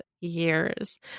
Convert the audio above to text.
years